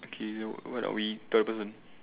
okay w~ what are we tell the person